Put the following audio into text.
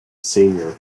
senior